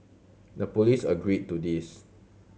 the police agreed to this